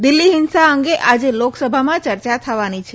દિલ્ફી હિંસા અંગે આજે લોકસભામાં ચર્ચા થવાની છે